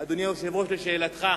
אדוני היושב-ראש, לשאלתך,